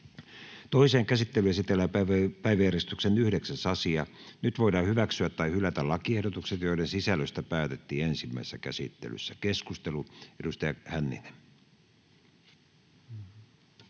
Toiseen käsittelyyn esitellään päiväjärjestyksen 6. asia. Nyt voidaan hyväksyä tai hylätä lakiehdotukset, joiden sisällöstä päätettiin ensimmäisessä käsittelyssä. — Avaan keskustelun. Edustaja Juvonen,